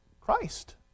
Christ